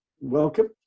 welcome